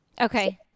Okay